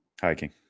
Hiking